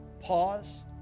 pause